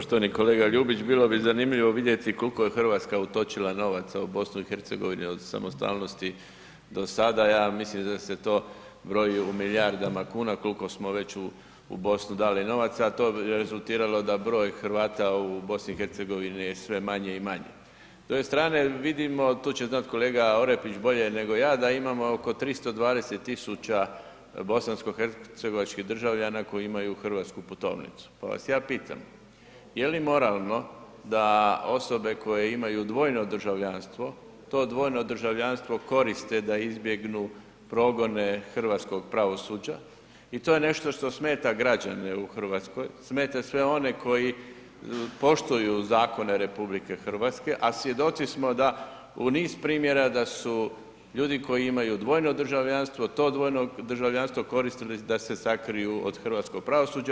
Poštovani kolega Ljubić bili bi zanimljivo vidjeti koliko je Hrvatska utočila novaca u BiH od samostalnosti do sada, ja mislim da se to broji u milijardama kuna koliko smo već u Bosnu dali novaca, a to je rezultiralo da broj Hrvata u BiH je sve manje i manje tj. rane vidimo to će znati kolega Orepić bolje nego ja da imamo oko 320.000 bosansko-hercegovačkih državljana koji imaju hrvatsku putovnicu, pa vas ja pitam je li moralno da osobe koje imaju dvojno državljanstvo to dvojno državljanstvo koriste da izbjegnu progone hrvatskog pravosuđa i to je nešto što smeta građane u Hrvatskoj, smeta sve one koji poštuju zakone RH, a svjedoci smo da u niz primjera da su ljudi koji imaju dvojno državljanstvo to dvojno državljanstvo koristili da se sakriju od hrvatskog pravosuđa.